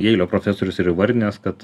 jeilio profesorius yra įvardinęs kad